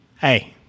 Hey